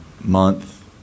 month